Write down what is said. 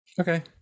Okay